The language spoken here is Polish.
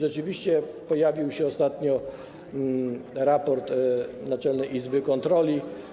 Rzeczywiście pojawił się ostatnio raport Najwyższej Izby Kontroli.